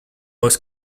was